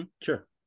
Sure